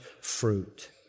fruit